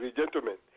gentlemen